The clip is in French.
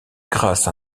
grâce